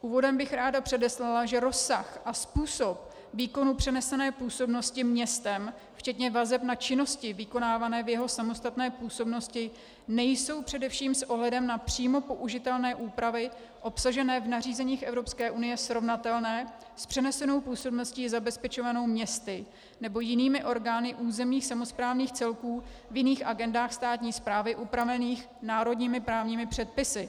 Úvodem bych ráda předeslala, že rozsah a způsob výkonu přenesené působnosti městem včetně vazeb na činnosti vykonávané v jeho samostatné působnosti nejsou především s ohledem na přímo použitelné úpravy obsažené v nařízeních Evropské unie srovnatelné s přenesenou působností zabezpečovanou městy nebo jinými orgány územních samosprávných celků v jiných agendách státní správy, upravených národními právními předpisy.